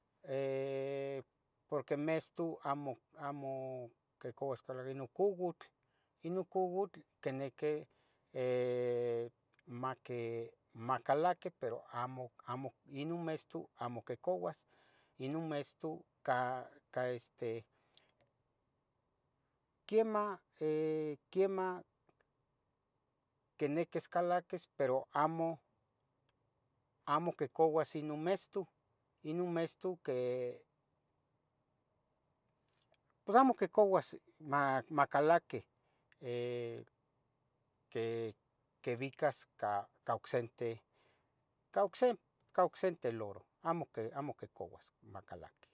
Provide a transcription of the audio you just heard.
porque mestu amo amo quicauas macalaqui no coutl, ino coutl quiniqui, eh, maqui macalaqui pero amo, amo ino mestu amo quicouas, ino mestu ca, ca, este, quiemah, eh, quiemah quiniquis calaquis pero amo quicouas ino mestu, ino mestu que, pues amo quicouas ma, macalaqui, eh, que, quiebicas ca, ca ocsente, ca ocse ca ocsente loro, amo, amo quicouas macalaqui.